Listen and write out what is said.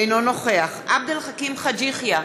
אינו נוכח עבד אל חכים חאג' יחיא,